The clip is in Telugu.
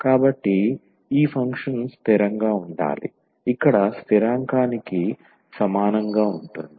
కాబట్టి ఈ ఫంక్షన్ స్థిరంగా ఉండాలి ఇక్కడ స్థిరాంకానికి సమానంగా ఉంటుంది